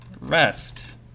rest